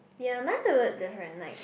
ya mine's a bit different like